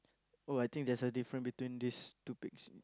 oh I think there's a difference between this two pics